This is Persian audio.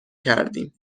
کردیم